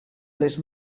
les